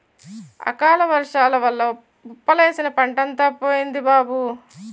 అకాలవర్సాల వల్ల కుప్పలేసిన పంటంతా పోయింది బాబూ